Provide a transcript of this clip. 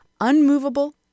unmovable